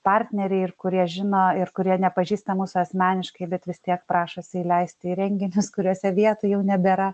partneriai ir kurie žino ir kurie nepažįsta mūsų asmeniškai bet vis tiek prašosi įleisti į renginius kuriuose vietų jau nebėra